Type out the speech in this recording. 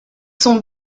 sont